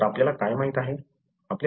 तर आपल्याला काय माहित आहे